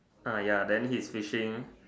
ah ya then he's fishing